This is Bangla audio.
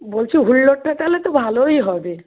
বলছি হুল্লোড়টা তাহলে তো ভালোই হবে